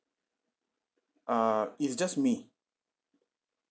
err it's just me